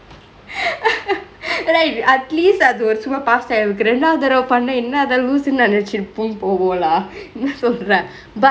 at least அது ஒரு சும்மா:athu oru summa past time கு ரெண்டாவது தடவே பன்ன என்ன அந்த ஆலு லூசுனு நா நெநைச்சிருப்ப போலலா என்ன சொல்ட்ர:ku rendavathu thadave panna enna anthe aalu loosunu naa nenaichiruppe polelaa enna soldre but